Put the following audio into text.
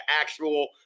actual